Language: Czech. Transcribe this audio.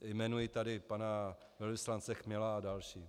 Jmenuji tady pana velvyslance Chmela a další.